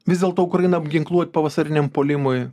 vis dėlto ukrainą apginkluot pavasariniam puolimui